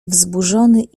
wzburzony